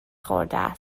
خورده